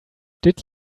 did